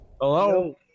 Hello